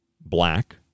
black